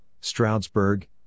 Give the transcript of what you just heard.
Stroudsburg